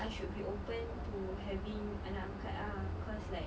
I should be open to having anak angkat ah cause like